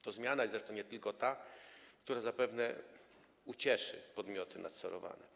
To zmiana, i zresztą nie tylko ta, która zapewne ucieszy podmioty nadzorowane.